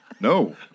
No